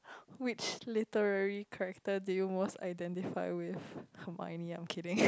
which literary character do you most identify with Hermoine I'm kidding